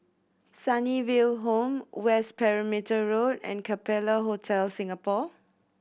Sunnyville Home West Perimeter Road and Capella Hotel Singapore